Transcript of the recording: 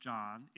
John